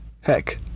Heck